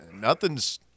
nothing's